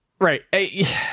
Right